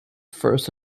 first